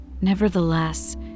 Nevertheless